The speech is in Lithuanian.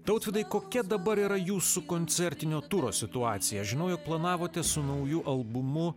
tautvydai kokia dabar yra jūsų koncertinio turo situacija žinau juk planavote su nauju albumu